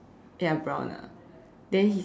ya brown ah then he's